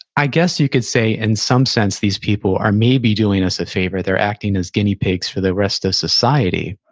i guess you could say in some sense, these people are maybe doing us a favor, they're acting as guinea pigs for the rest of society,